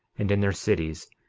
and in their cities,